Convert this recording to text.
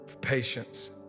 patience